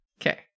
Okay